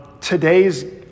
today's